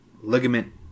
ligament